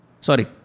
sorry